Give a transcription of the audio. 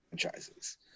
franchises